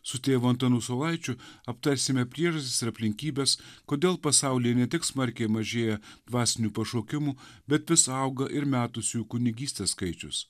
su tėvu antanu saulaičiu aptarsime priežastis ir aplinkybes kodėl pasaulyje ne tik smarkiai mažėja dvasinių pašaukimų bet vis auga ir metusiųjų kunigystę skaičius